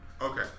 Okay